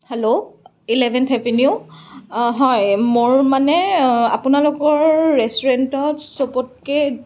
hello eleventh happy new year মোৰ মানে আপোনালোকৰ ৰেষ্টুৰেণ্টত চবতকে